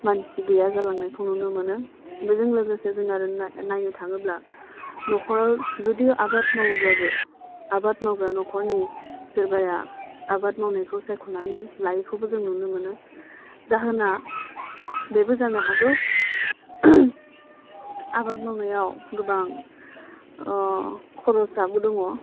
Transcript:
मानसि गैया जालांनायखौ नुनो मोनो बेजों लोगोसे जों आरो नायनो थाङोब्ला नख'राव जुदिअ' आबाद मावोब्लाबो आबाद मावग्रा नख'रनि सोरबाया आबाद मावनायखौ सायख'नानै लायिखौबो जों नुनो मोनो जाहोना बेबो जानो हागौ आबाद मावनायाव गोबां खर'साबो दङ